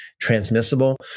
transmissible